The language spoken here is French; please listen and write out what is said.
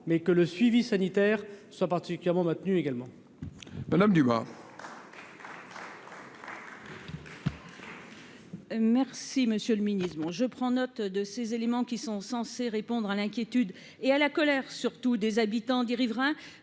mais que le suivi sanitaire soit particulièrement maintenues également. Madame Dumas. Merci, monsieur le Ministre, bon je prends note de ces éléments qui sont censés répondre à l'inquiétude et à la colère, surtout des habitants des riverains,